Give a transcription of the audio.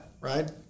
right